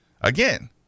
again